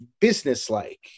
business-like